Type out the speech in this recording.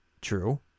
true